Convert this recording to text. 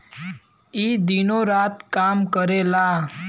ई दिनो रात काम करेला